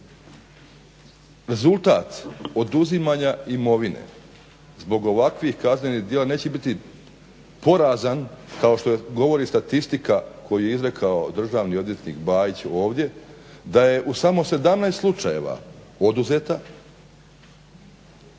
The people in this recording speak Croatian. rezultat oduzimanja imovine zbog ovakvih kaznenih djela neće biti porazan kao što govori statistika koju je izrekao državni odvjetnik Bajić ovdje, da je u samo 17 slučajeva oduzeta